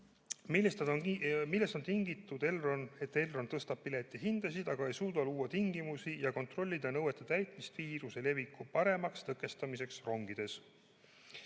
"Millest on tingitud, et Elron tõstab piletihindasid, aga ei suuda luua tingimusi ja kontrollida nõuete täitmist viiruse leviku paremaks tõkestamiseks rongides?"